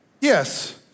Yes